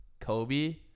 Kobe